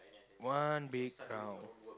one big round